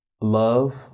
Love